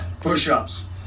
push-ups